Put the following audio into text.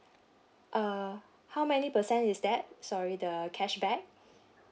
uh how many percent is that sorry the cashback